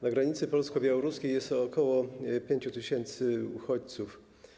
Na granicy polsko-białoruskiej jest ok. 5 tys. uchodźców.